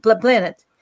planet